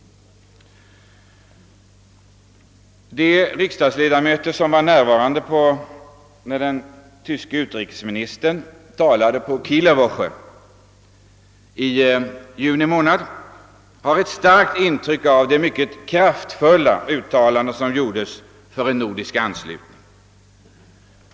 De riksdagsledamöter som var närvarande när den tyske utrikesministern talade på Kieler-Voche i juni månad har ett starkt intryck av det mycket kraftiga uttalande som han då gjorde för en nordisk anslutning.